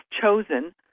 chosen